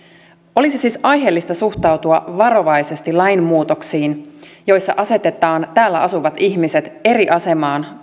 olisi siis aiheellista suhtautua varovaisesti lainmuutoksiin joissa asetetaan täällä asuvat ihmiset tosiasiallisesti eri asemaan